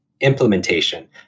implementation